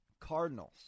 Cardinals